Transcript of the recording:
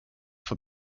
for